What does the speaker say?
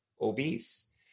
obese